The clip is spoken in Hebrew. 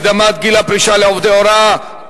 הקדמת גיל הפרישה לעובדי הוראה),